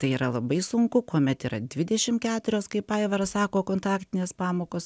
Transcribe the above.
tai yra labai sunku kuomet yra dvidešim keturios kaip aivaras sako kontaktinės pamokos